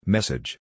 Message